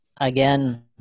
Again